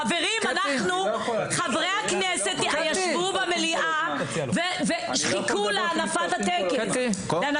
חברים, חברי הכנסת ישבו במליאה וחיכו להנפת הגביע.